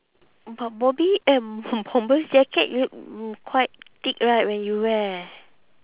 but bobby eh bom~ bombers jacket will quite thick right when you wear